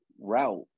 route